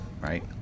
right